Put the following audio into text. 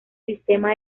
sistema